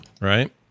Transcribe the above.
Right